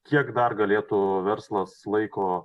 kiek dar galėtų verslas laiko